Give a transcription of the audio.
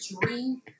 dream